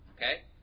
Okay